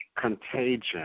Contagion